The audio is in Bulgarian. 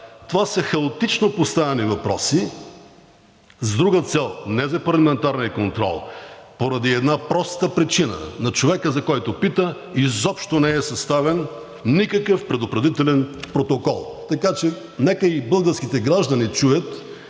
Това са хаотично поставени въпроси с друга цел, не за парламентарен контрол, а поради една проста причина. На човека, за когото питате, изобщо не е съставен никакъв предупредителен протокол. Така че нека и българските граждани чуят